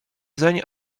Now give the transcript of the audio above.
zeń